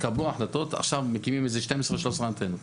התקבלו החלטות, עכשיו מקימים איזה 12 13 אנטנות.